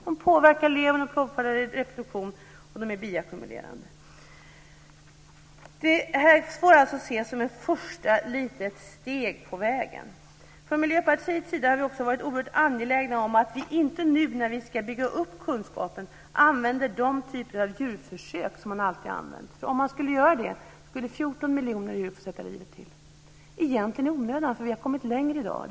De påverkar levern, de påverkar reproduktionen och de är bioackumulerande. Detta får alltså ses som ett första litet steg på vägen. Från Miljöpartiets sida har vi varit oerhört angelägna om att vi inte nu när vi ska bygga upp kunskapen använder de typer av djurförsök som man alltid har använt. Om man skulle göra det så skulle nämligen 14 miljoner djur få sätta livet till - egentligen i onödan eftersom vi har kommit längre än så i dag.